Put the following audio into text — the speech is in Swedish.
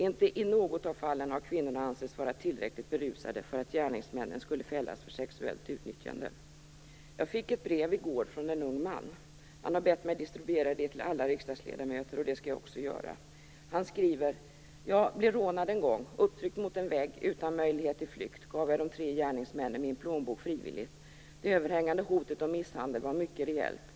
Inte i något av fallen har kvinnorna ansetts vara tillräckligt berusade för att gärningsmännen skulle fällas för sexuellt utnyttjande. Jag fick ett brev i går från en ung man. Han har bett mig att distribuera det till alla riksdagsledamöter, och det skall jag också göra. Han skriver: Jag blev rånad en gång. Upptryckt mot en vägg, utan möjlighet till flykt, gav jag de tre gärningsmännen min plånbok frivilligt. Det överhängande hotet om misshandel var mycket reellt.